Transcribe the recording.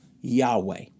Yahweh